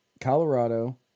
Colorado